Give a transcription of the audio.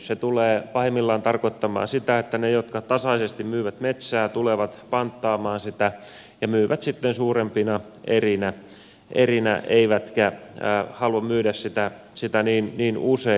se tulee pahimmillaan tarkoittamaan sitä että ne jotka tasaisesti myyvät metsää tulevat panttaamaan sitä ja myyvät sitten suurempina erinä eivätkä halua myydä sitä niin usein